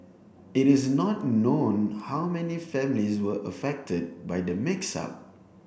it is not known how many families were affected by the mix up